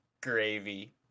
gravy